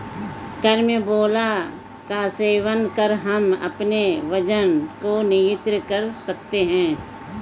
carambola का सेवन कर हम अपने वजन को नियंत्रित कर सकते हैं